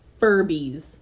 Furbies